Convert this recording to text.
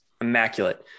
immaculate